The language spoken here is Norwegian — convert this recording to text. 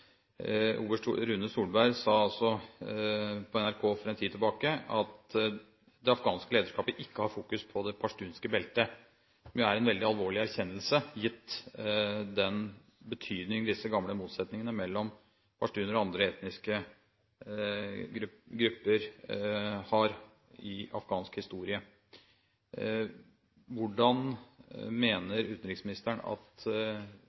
Rune Solberg, sa til NRK for en tid siden at det afghanske lederskapet ikke fokuserer på det pashtunske beltet. Det er en veldig alvorlig erkjennelse, gitt den betydning de gamle motsetningene mellom pashtunere og andre etniske grupper har i afghansk historie. Hvordan mener utenriksministeren at